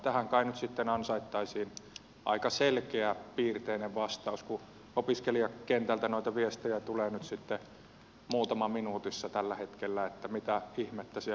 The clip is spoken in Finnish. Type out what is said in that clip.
tähän kai nyt sitten ansaittaisiin aika selkeäpiirteinen vastaus kun opiskelijakentältä noita viestejä tulee nyt sitten muutama minuutissa tällä hetkellä että mitä ihmettä siellä tapahtuu